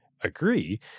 agree